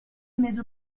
més